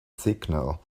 signal